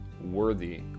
worthy